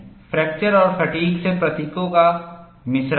fracture और fatigue से प्रतीकों का मिश्रण है